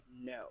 no